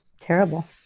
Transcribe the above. terrible